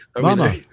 Mama